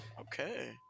Okay